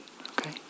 Okay